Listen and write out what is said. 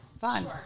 Fun